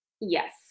Yes